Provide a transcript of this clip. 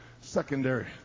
secondary